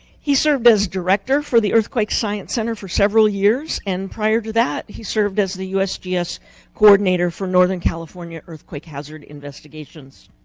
he served as director for the earthquake science center for several years. and prior to that, he served as the usgs coordinator for northern california earthquake hazard investigations.